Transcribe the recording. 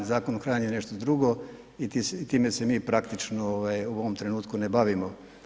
Zakon o hrani je nešto drugo i time se mi praktički u ovome trenutku ne bavimo.